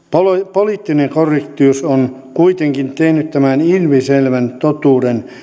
poliittinen korrektius on kuitenkin tehnyt tämän ilmiselvän totuuden